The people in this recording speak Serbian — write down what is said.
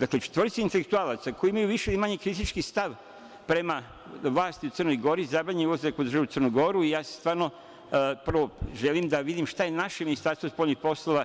Dakle, četvorici intelektualaca koji imaju više ili manje kritički stav prema vlasti Crne Gore zabranjen je ulazak u državu Crnu Goru i ja stvarno, prvo, želim da vidim šta je naše Ministarstvo spoljnih poslova